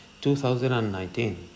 2019